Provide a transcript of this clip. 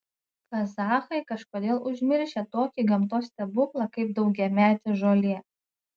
kazachai kažkodėl užmiršę tokį gamtos stebuklą kaip daugiametė žolė